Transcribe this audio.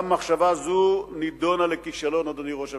גם מחשבה זו נידונה לכישלון, אדוני ראש הממשלה.